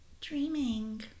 dreaming